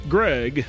Greg